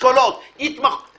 אשכולות יתמחו